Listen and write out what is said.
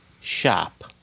shop